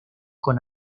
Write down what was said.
con